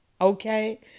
okay